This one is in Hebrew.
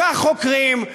והחוקרים.